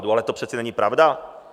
Ale to přece není pravda.